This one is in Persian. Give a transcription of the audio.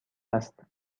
است